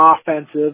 offensive